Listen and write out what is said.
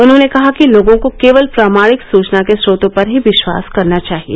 उन्होंने कहा कि लोगों को केवल प्रामाणिक सुचना के स्रोतों पर ही विश्वास करना चाहिए